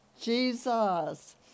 Jesus